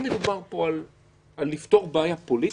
אם מדובר פה על פתרון בעיה פוליטית,